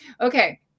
okay